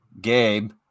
Gabe